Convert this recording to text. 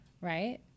right